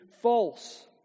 false